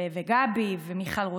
וגבי ומיכל רוזין.